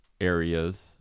areas